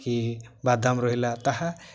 କି ବାଦାମ ରହିଲା ତାହା